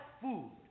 food